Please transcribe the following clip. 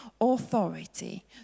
authority